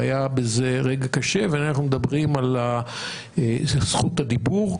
והיה בזה רגע קשה ומדובר על זכות הדיבור,